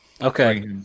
Okay